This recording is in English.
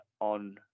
on